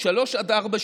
שלוש עד ארבע שנים,